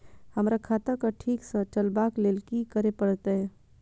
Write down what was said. हमरा खाता क ठीक स चलबाक लेल की करे परतै